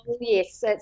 Yes